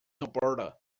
alberta